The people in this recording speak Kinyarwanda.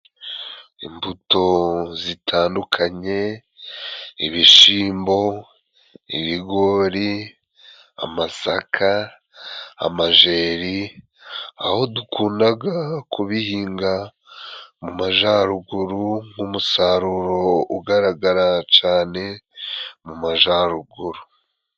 Imbuto zitandukanye: ibishimbo, ibigori, amasaka, amajeri, aho dukundaga kubihinga mu majaruguru nk'umusaruro ugaragara cane mu majaruguru.